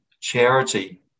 charity